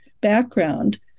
background